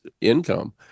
income